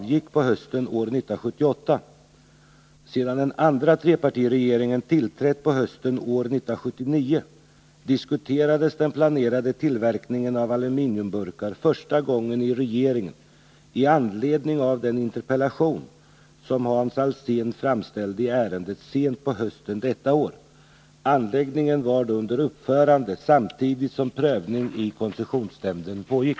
Såvitt jag vet redovisades inte planerna på att bygga Fosiefabriken för den trepartiregering som avgick på hösten år 1978. Sedan den andra trepartiregeringen tillträtt på hösten år 1979 diskuterades den planerade tillverkningen av aluminiumburkar första gången i regeringen i anledning av den interpellation som Hans Alsén framställde i ärendet sent på hösten detta år. Anläggningen var då under uppförande samtidigt som prövning i koncessionsnämnden pågick.